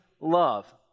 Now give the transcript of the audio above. love